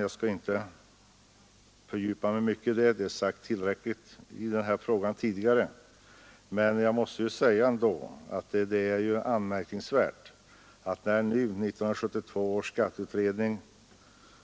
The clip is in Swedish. Jag skall inte fördjupa mig mycket i det, herr talman, eftersom det har sagts tillräckligt om det tidigare, men jag måste ändå säga att det är anmärkningsvärt att man, när 1972 års skatteutredning